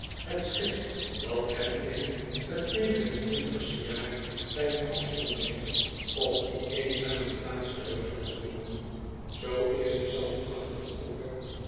het schip dat hem in t negen en twintigste jaar zaner afzondering op die eenzame plaats terug zou voeren zoo is de zandachtige oever